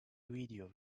video